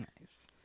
nice